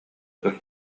көр